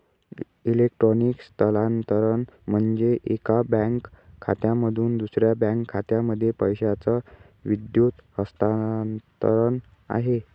electronic स्थलांतरण म्हणजे, एका बँक खात्यामधून दुसऱ्या बँक खात्यामध्ये पैशाचं विद्युत हस्तांतरण आहे